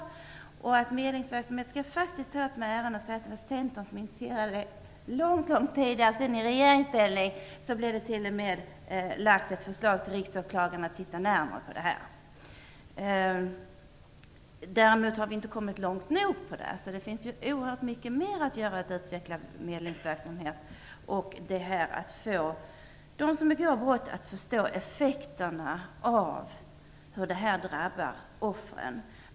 När det gäller medlingsverksamheten var det faktiskt Centern som initierade den. Långt innan man kom i regeringsställning lade man fram ett förslag till riksåklagaren om att han närmare skulle se över detta. Däremot har vi inte kommit långt nog på detta område. Det finns alltså oerhört mycket mer att göra för att utveckla medlingsverksamheten. De som begår brott måste förstå effekterna av sina brott och hur de drabbar offren.